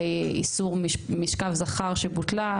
על איסור משכב זכר שבוטלה,